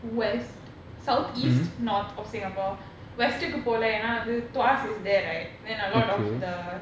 west south east north of singapore வெஸ்ட்க்குபோகல:westku pokala tuas is there right then a lot of the